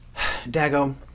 Dago